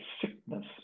sickness